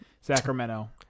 Sacramento